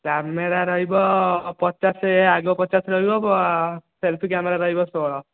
camera ରହିବ ପଚାଶ ଆଗ ପଚାଶ ରହିବ ସେଲ୍ଫି କ୍ୟାମେରା ରହିବ ଷୋହଳ